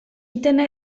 dyna